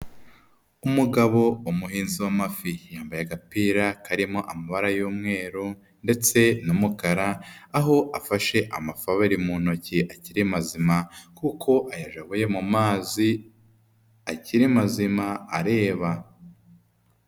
Umugabo umuhinzi w'amafi, yambaye agapira karimo amabara y'umweru ndetse n'umukara, aho afashe amafi abari mu ntoki, akiri mazima kuko ayajabuye mu mazi, akiri mazima, areba.